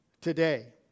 today